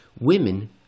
Women